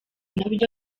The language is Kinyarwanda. nabyo